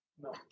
No